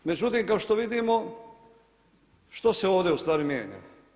Međutim, kao što vidimo što se ovdje u stvari mijenja.